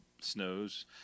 snows